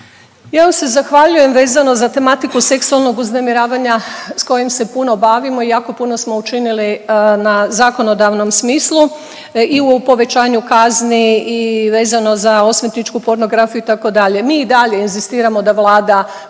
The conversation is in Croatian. Ja vam se zahvaljujem vezano za tematiku seksualnog uznemiravanja sa kojim se puno bavimo i jako puno smo učinili na zakonodavnom smislu i u povećanju kazni i vezano za osvetničku pornografiju itd. Mi i dalje inzistiramo da Vlada